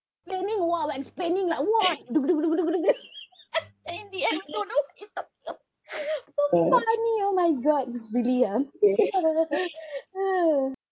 explaining !wow! explaining like !wah! and in the end we don't know what he's talking about oh so funny oh my god ah it's really ah